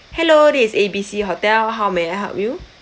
hello this is A B C hotel how may I help you